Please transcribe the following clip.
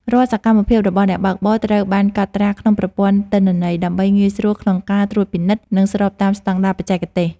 រាល់សកម្មភាពរបស់អ្នកបើកបរត្រូវបានកត់ត្រាក្នុងប្រព័ន្ធទិន្នន័យ ដើម្បីងាយស្រួលក្នុងការត្រួតពិនិត្យ និងស្របតាមស្តង់ដារបច្ចេកទេស។